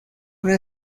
una